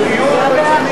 עדויות.